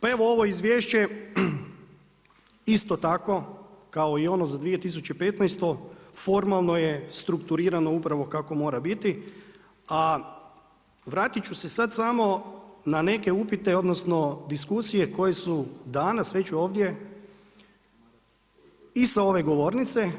Pa evo ovo izvješće isto tako kao i ono za 2015. formalno je strukturirano upravo kako mora biti a vratit ću se sad samo na neke upite odnosno diskusije koje su danas već ovdje i sa ove govornice